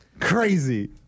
Crazy